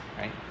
right